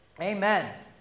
Amen